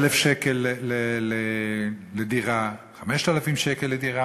1,000 שקלים לדירה, 5,000 שקלים לדירה.